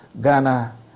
Ghana